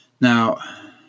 Now